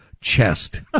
Chest